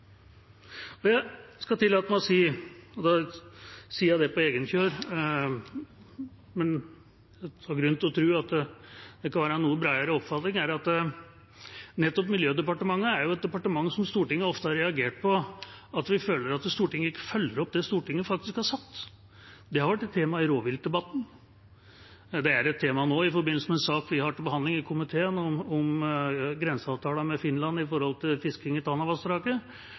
Jeg skal tillate meg å si – og da sier jeg det på egen kjøl, men jeg har grunn til å tro at det kan være en noe bredere oppfatning – at nettopp Miljødepartementet er et departement som Stortinget ofte har reagert på fordi vi føler at de ikke følger opp det Stortinget faktisk har sagt. Det var tema i rovviltdebatten, og det er tema nå i forbindelse med en sak vi har til behandling i komiteen om grenseavtalen med Finland når det gjelder fisking i Tanavassdraget.